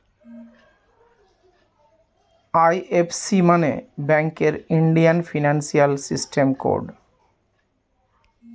IFC মানে ব্যাঙ্কের Indian financial system code